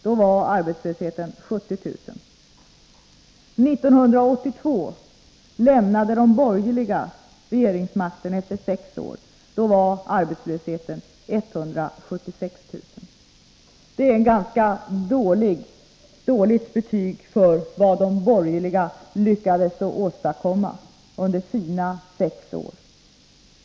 Då var arbetslösheten 70 000. År 1982 lämnade de borgerliga regeringsmakten efter sex år. Då var arbetslösheten 176 000. Det är ett ganska dåligt betyg för vad de borgerliga lyckades åstadkomma under sina sex år.